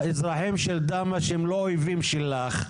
האזרחים של דהמש הם לא אויבים שלך,